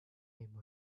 name